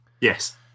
yes